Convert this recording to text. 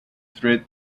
threat